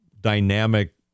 dynamic